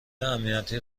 امنیتی